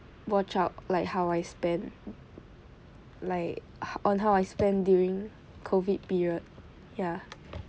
watch out like how I spend like on how I spend during COVID period ya